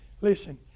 listen